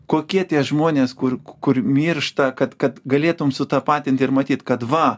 kokie tie žmonės kur kur miršta kad kad galėtum sutapatint ir matyt kad va